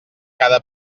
cada